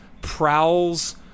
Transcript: prowls